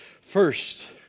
first